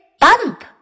bump